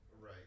right